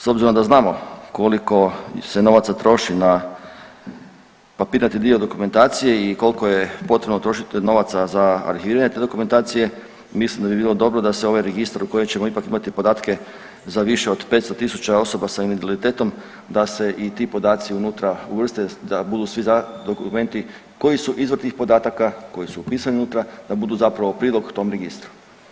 S obzirom da znamo koliko se novaca troši na papirnati dokumentacije i koliko je potrebno trošiti novaca za arhiviranje te dokumentacije, mislim da bi bilo dobro da se ovaj registar u kojem ćemo ipak imati podatke za više od 500.000 osoba sa invaliditetom da se i ti podaci unutra uvrste, da budu dokumenti koji su izvor tih podataka, koji su upisani unutra, da budu zapravo prilog tom registru.